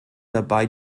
dabei